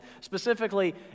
Specifically